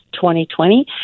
2020